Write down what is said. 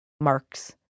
marks